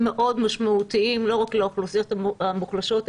מאוד משמעותיים לא רק לאוכלוסיות המוחלשות,